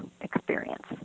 experience